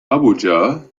abuja